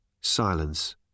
Silence